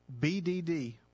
BDD